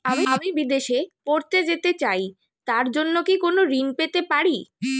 আমি বিদেশে পড়তে যেতে চাই তার জন্য কি কোন ঋণ পেতে পারি?